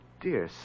dear